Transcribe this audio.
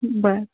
बर